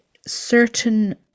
certain